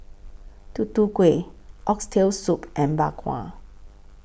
Tutu Kueh Oxtail Soup and Bak Kwa